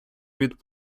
від